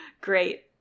great